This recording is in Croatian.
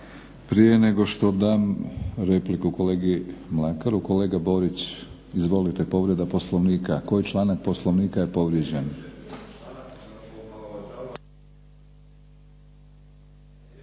Prije nego što dam repliku kolegi Mlakaru, kolega Borić izvolite. Povreda Poslovnika? Koji članak Poslovnika je povrijeđen?